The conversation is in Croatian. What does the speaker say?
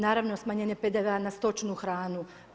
Naravno, smanjenje PDV-a na stočnu hranu.